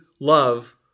love